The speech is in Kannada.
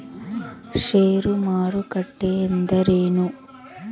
ಷೇರು ಮಾರುಕಟ್ಟೆ ಎಂದರೇನು?